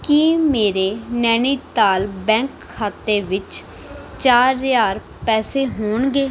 ਕਿ ਮੇਰੇ ਨੈਨੀਤਾਲ ਬੈਂਕ ਖਾਤੇ ਵਿੱਚ ਚਾਰ ਹਜਾਰ ਪੈਸੇ ਹੋਣਗੇ